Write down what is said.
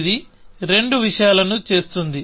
ఇది రెండు విషయాలను సద్వినియోగం చేస్తోంది